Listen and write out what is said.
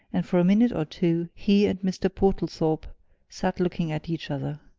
and for a minute or two he and mr. portlethorpe sat looking at each other.